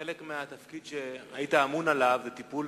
חלק מהתפקיד שהיית אמון עליו זה טיפול